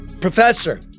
Professor